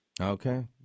Okay